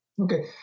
Okay